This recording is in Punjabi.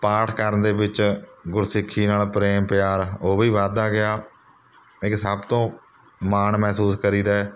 ਪਾਠ ਕਰਨ ਦੇ ਵਿੱਚ ਗੁਰਸਿੱਖੀ ਨਾਲ਼ ਪ੍ਰੇਮ ਪਿਆਰ ਉਹ ਵੀ ਵੱਧਦਾ ਗਿਆ ਇੱਕ ਸਭ ਤੋਂ ਮਾਣ ਮਹਿਸੂਸ ਕਰੀਦਾ